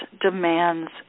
demands